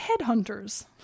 headhunters